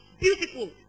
beautiful